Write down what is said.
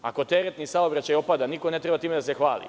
Ako teretni saobraćaj opada, niko ne treba time da se hvali.